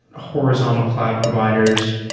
horizontal cloud providers.